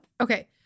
Okay